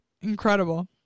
Incredible